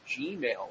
Gmail